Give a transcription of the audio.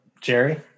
Jerry